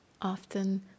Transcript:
Often